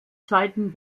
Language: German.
zweiten